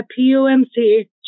PUMC